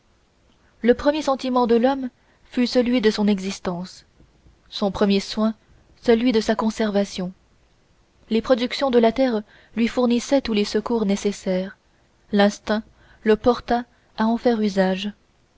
le premier sentiment de l'homme fut celui de son existence son premier soin celui de sa conservation les productions de la terre lui fournissaient tous les secours nécessaires l'instinct le porta à en faire usage